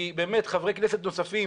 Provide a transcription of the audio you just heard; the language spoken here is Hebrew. כי באמת חברי כנסת נוספים